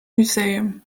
museum